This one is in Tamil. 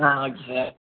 ah okay sir